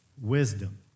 Wisdom